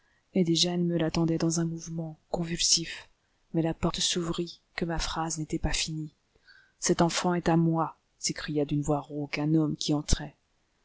et déjà elle me la tendait dans un mouvement convulsif mais la porte s'ouvrit que ma phrase n'était pas finie cet enfant est à moi s'écria d'une voix rauque un homme qui entrait